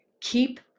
Keep